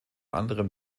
anderen